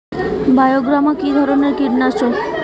বায়োগ্রামা কিধরনের কীটনাশক?